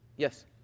Yes